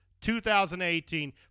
2018